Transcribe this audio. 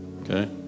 Okay